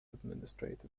administrative